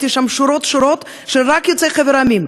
שם שורות-שורות רק של יוצאי חבר המדינות.